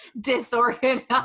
disorganized